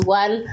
one